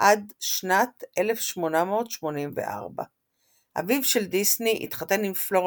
עד שנת 1884. אביו של דיסני התחתן עם פלורה